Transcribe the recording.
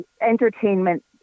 entertainment